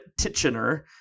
Titchener